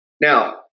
Now